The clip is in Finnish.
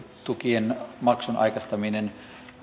tukien maksun aikaistaminen